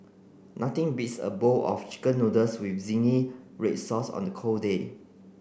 nothing beats a bowl of chicken noodles with zingy red sauce on the cold day